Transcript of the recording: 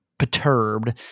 Perturbed